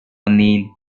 neil